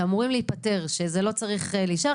ושזה לא צריך להישאר.